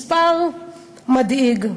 מספר מדאיג,